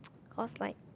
cause like